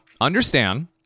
understand